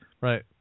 Right